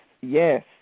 yes